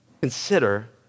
Consider